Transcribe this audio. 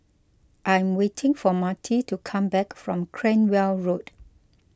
I'm waiting for Marti to come back from Cranwell Road